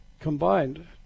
combined